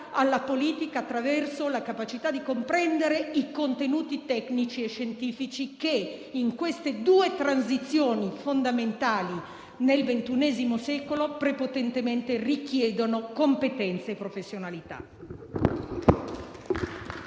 alla politica, attraverso la capacità di comprendere i contenuti tecnici e scientifici che, in queste due transizioni fondamentali del XXI secolo, richiedono prepotentemente competenze e professionalità.